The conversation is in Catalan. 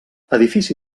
edifici